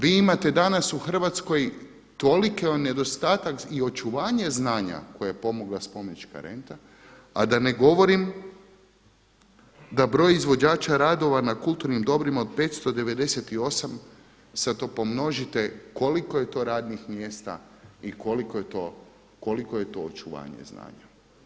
Vi imate danas u Hrvatskoj toliki nedostatak i očuvanje znanja koje je pomogla spomenička renta a da ne govorim da broj izvođača radova na kulturnim dobrima od 598, sada to pomnožite koliko je to radnih mjesta i koliko je to očuvanja i znanja.